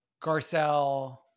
Garcelle